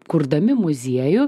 kurdami muziejų